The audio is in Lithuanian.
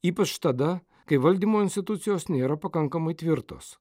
ypač tada kai valdymo institucijos nėra pakankamai tvirtos